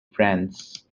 france